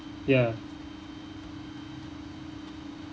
ya